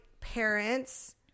parents